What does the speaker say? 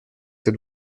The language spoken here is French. ses